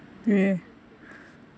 ya